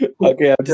Okay